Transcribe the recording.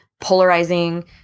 polarizing